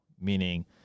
meaning